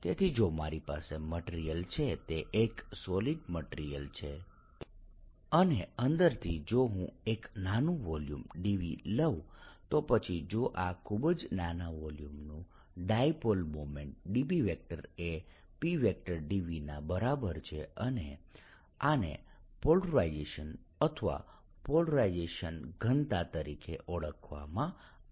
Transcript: તેથી જો મારી પાસે મટીરીયલ છે તે એક સોલિડ મટીરીયલ છે અને અંદરથી જો હું એક નાનું વોલ્યુમ dv લઉં તો પછી જો આ ખૂબ જ નાના વોલ્યુમનું ડાયપોલ મોમેન્ટ dp એ Pdv ના બરાબર છે અને આને પોલરાઇઝેશન અથવા પોલરાઇઝેશન ઘનતા તરીકે ઓળખવામાં આવે છે